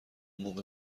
موقع